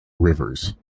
rivers